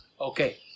Okay